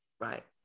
right